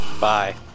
Bye